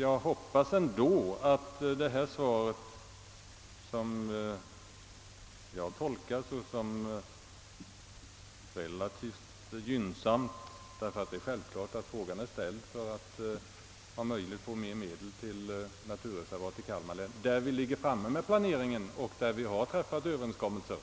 Jag tolkar jordbruksministerns svar som relativt gynnsamt — frågan är självfallet ställd för att vi om möjligt skall få mera medel till naturreservat i Kalmar län, där vi ligger väl framme med planeringen och där vi träffat överenskommelser.